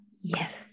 Yes